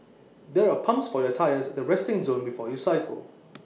there are pumps for your tyres at the resting zone before you cycle